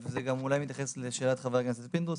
וזה אולי גם מתייחס לשאלה של חבר הכנסת פינדרוס,